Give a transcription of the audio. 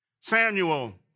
Samuel